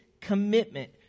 commitment